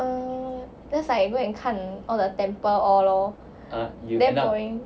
err just like go and 看 all the temple all lor damn boring